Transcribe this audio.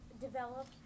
develop